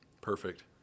Perfect